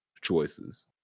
choices